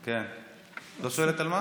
את לא שואלת על מה,